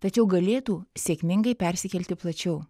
tačiau galėtų sėkmingai persikelti plačiau